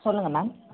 சொல்லுங்கள் மேம்